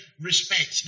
respect